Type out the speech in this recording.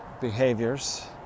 behaviors